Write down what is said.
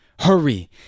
Hurry